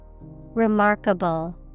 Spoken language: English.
Remarkable